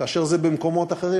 כאשר זה במקומות אחרים,